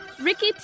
ricky